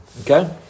Okay